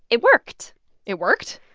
it worked it worked?